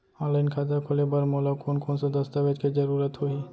Online खाता खोले बर मोला कोन कोन स दस्तावेज के जरूरत होही?